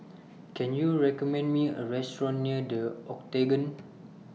Can YOU recommend Me A Restaurant near The Octagon